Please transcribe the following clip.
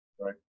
right